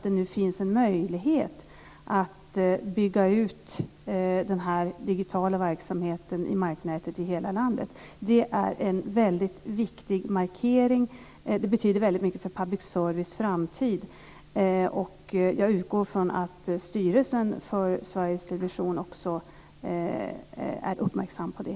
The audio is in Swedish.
Det finns nu en möjlighet att bygga ut den digitala verksamheten i marknätet i hela landet. Det är en väldigt viktig markering. Det betyder väldigt mycket för public service framtid. Jag utgår från att styrelsen för Sveriges Television också är uppmärksam på det.